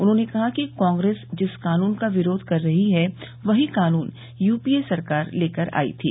उन्होंने कहा कि कांग्रेस जिस कानून का विरोध कर रही है वहीं कानून यूपीए सरकार लेकर आई थी